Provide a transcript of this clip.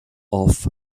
off